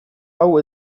hau